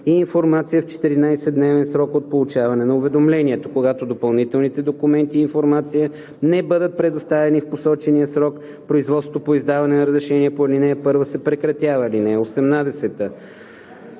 и информация в 14-дневен срок от получаване на уведомлението. Когато допълнителните документи и информация не бъдат предоставени в посочения срок, производството по издаване на разрешение по ал. 1 се прекратява.